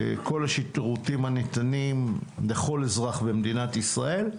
כל השירותים הניתנים לכל אזרח במדינת ישראל.